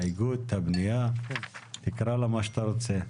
ההסתייגות, את הפנייה - תקרא לה מה שאתה רוצה.